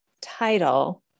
title